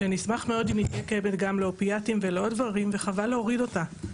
שנשמח מאוד אם היא גם לאופיאטים ולעוד דברים וחבל להוריד אותה.